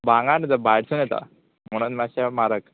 भांगार भायर सो येता म्हणून मातशें म्हारग